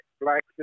black